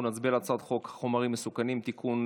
אנחנו נצביע על הצעת חוק החומרים המסוכנים (תיקון,